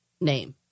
name